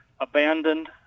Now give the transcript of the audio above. Abandoned